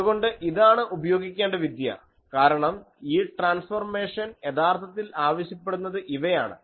അതുകൊണ്ട് ഇതാണ് ഉപയോഗിക്കേണ്ട വിദ്യ കാരണം ഈ ട്രാൻസ്ഫോർമേഷൻ യഥാർത്ഥത്തിൽ ആവശ്യപ്പെടുന്നത് ഇവയാണ്